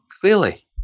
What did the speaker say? clearly